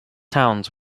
towns